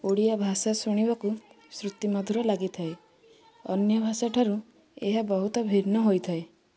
ଓଡ଼ିଆ ଭାଷା ଶୁଣିବାକୁ ସୃତି ମଧୁର ଲାଗିଥାଏ ଅନ୍ୟ ଭାଷା ଠାରୁ ଏହା ବହୁତ ଭିନ୍ନ ହୋଇଥାଏ